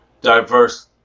diverse